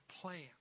plan